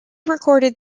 recorded